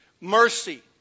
Mercy